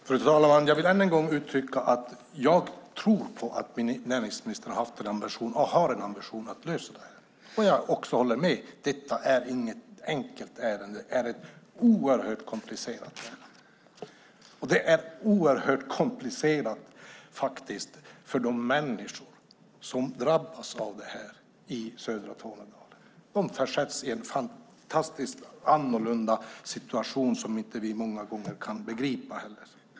Fru talman! Jag vill än en gång uttrycka att jag tror på att näringsministern har haft, och har, en ambition att lösa problemet. Jag håller med om att detta inte är ett enkelt ärende utan det är ett oerhört komplicerat ärende. Det är oerhört komplicerat för de människor som drabbas i södra Tornedalen. De försätts i en fantastiskt annorlunda situation som vi många gånger inte kan begripa.